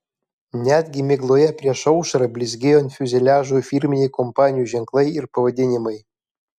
netgi migloje prieš aušrą blizgėjo ant fiuzeliažų firminiai kompanijų ženklai ir pavadinimai